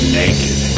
naked